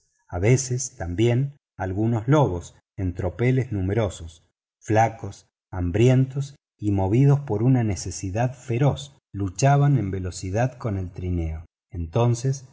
a veces también algunos lobos en tropeles numerosos flacos hambrientos y movidos por una necesidad feroz luchaban en velocidad con el trineo entonces